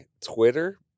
Twitter